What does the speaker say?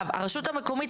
הרשות המקומית,